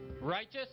Righteous